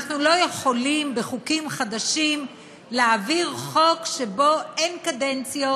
אנחנו לא יכולים בחוקים חדשים להעביר חוק שבו אין קדנציות,